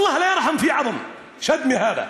(אומר בערבית: אלוהים לא ירחם על שדמי הזה,